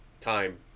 time